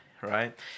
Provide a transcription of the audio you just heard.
right